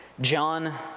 John